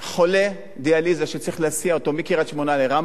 חולה דיאליזה שצריך להסיע אותו מקריית-שמונה ל"רמב"ם"